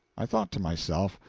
i thought to myself,